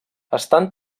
estan